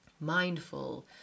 mindful